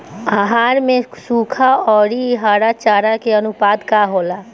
आहार में सुखा औरी हरा चारा के आनुपात का होला?